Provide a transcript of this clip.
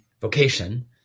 vocation